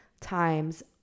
times